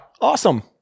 Awesome